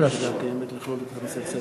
אין שר?